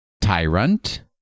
Tyrant